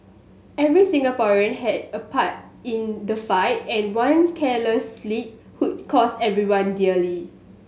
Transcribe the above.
every Singaporean had a part in the fight and one careless slip could cost everyone dearly